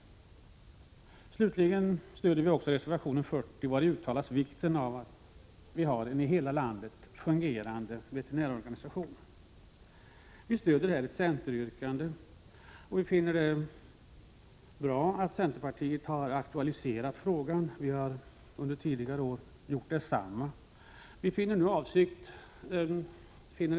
Slutligen stöder vi också reservation 40, vari uttalas vikten av en i hela landet fungerande veterinärorganisation. Detta är ett centeryrkande, och vi finner att det är bra att centern har aktualiserat frågan — vi moderater har gjort detsamma under tidigare år.